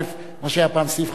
מה שהיה פעם סעיף 52,